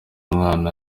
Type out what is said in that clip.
umwana